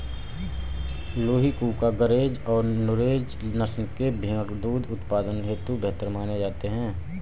लूही, कूका, गरेज और नुरेज नस्ल के भेंड़ दुग्ध उत्पादन हेतु बेहतर माने जाते हैं